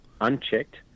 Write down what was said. unchecked